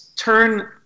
turn